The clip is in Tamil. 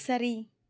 சரி